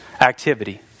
activity